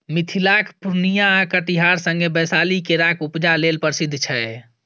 मिथिलाक पुर्णियाँ आ कटिहार संगे बैशाली केराक उपजा लेल प्रसिद्ध छै